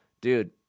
dude